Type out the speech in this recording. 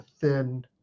thin